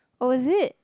oh is it